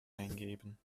eingeben